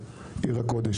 עיר הקודש.